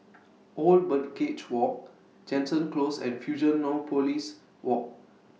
Old Birdcage Walk Jansen Close and Fusionopolis Walk